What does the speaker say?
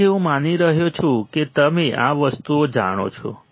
તેથી હું માની રહ્યો છું કે તમે આ વસ્તુઓ જાણો છો